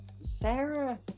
Sarah